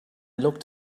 looked